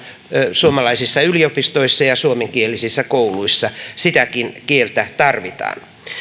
suomalaisissa yliopistoissa ja suomenkielisissä kouluissa sitäkin kieltä tarvitaan